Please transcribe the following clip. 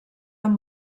amb